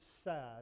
sad